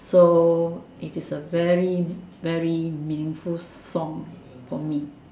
so it is a very very meaningful song for me